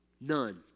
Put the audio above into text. none